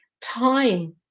time